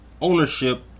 ownership